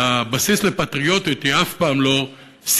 והבסיס לפטריוטיות הוא אף פעם לא שנאה,